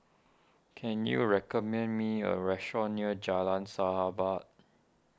can you recommend me a restaurant near Jalan Sahabat